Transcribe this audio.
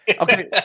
Okay